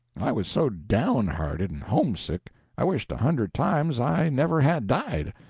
i was so down hearted and homesick i wished a hundred times i never had died.